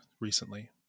recently